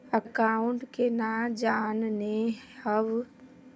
Account केना जाननेहव?